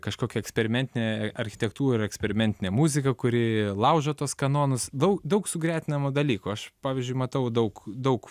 kažkokia eksperimentinė architektūra ir eksperimentinė muzika kuri laužo tuos kanonus daug daug sugretinama dalykų aš pavyzdžiui matau daug daug